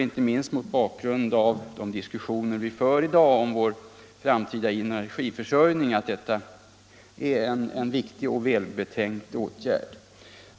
Inte minst mot bakgrund av de diskussioner som i dag förs om vår framtida energiförsörjning tror jag detta är en viktig och välbetänkt åtgärd.